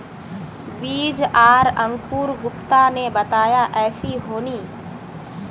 बीज आर अंकूर गुप्ता ने बताया ऐसी होनी?